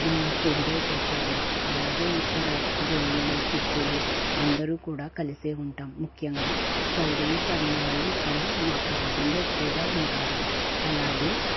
enjoy చేశారు అలాగే ఇక్కడ జైనులు సిక్కులు అందరూ కూడా కలిసే ఉంటాం ముఖ్యంగా చౌదరీస్ అనేవాళ్ళు ఇక్కడ మా ప్రాంతంలో ఎక్కువగా ఉంటారు అలాగే